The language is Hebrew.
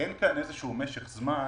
אין כאן משך זמן